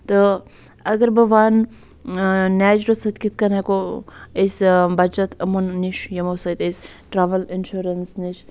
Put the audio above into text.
تہٕ اگر بہٕ وَنہٕ نیچرٕ سۭتۍ کِتھٕ کٔنی ہیٚکو أسۍ بَچَت یِمن نِش یمو سۭتۍ أسۍ ٹرٛاوُل اِنشورَنس نِش